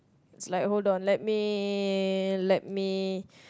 is like hold on let me let me